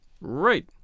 Right